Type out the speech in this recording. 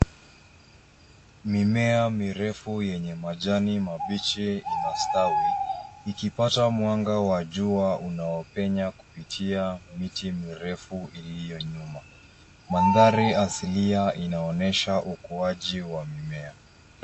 Mimea mirefu yenye majani mabichi inastawi ikipata mwanga wa jua unaopenya kupitia miti mirefu iliyo nyuma. Mandhari asilia inaonyesha ukuaji wa mimea.